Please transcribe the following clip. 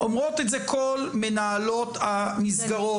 אומרות את זה כל מנהלות המסגרות,